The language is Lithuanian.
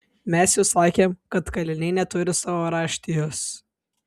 mes jau sakėm kad kaliniai neturi savo raštijos